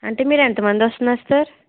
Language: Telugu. అంటే మీరు ఎంత మంది వస్తున్నారు సార్